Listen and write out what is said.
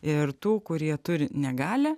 ir tų kurie turi negalią